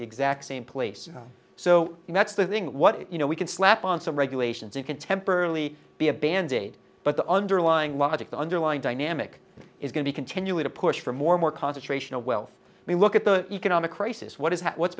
the exact same place so that's the thing what you know we can slap on some regulations you can temporarily be a band aid but the underlying logic the underlying dynamic is we continue to push for more more concentration of wealth we look at the economic crisis what is that what's